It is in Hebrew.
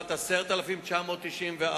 1. האם נכון הדבר?